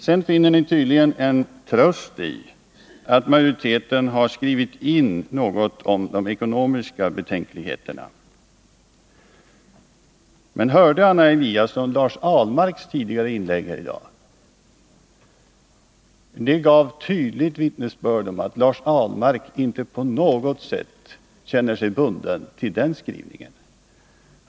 Sedan finner ni tydligen en tröst i att majoriteten har skrivit in något om de ekonomiska betänkligheterna. Hörde Anna Eliasson Lars Ahlmarks inlägg tidigare här i dag? Det bar tydligt vittnesbörd om att Lars Ahlmark inte på något sätt känner sig bunden till den skrivningen.